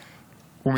ואללה.